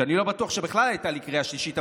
שאני לא בטוח שבכלל הייתה לי קריאה שלישית,